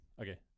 Okay